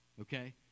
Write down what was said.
okay